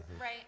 Right